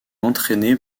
entraîné